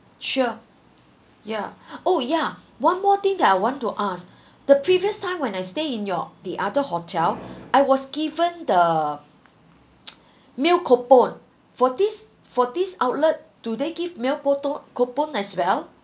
sure yeah oh yeah one more thing that I want to ask the previous time when I stay in your the other hotel I was given the meal coupon for this for this outlet do they give meal poto~ coupon as well